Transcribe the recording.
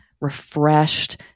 refreshed